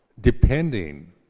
depending